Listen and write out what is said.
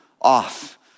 off